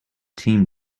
team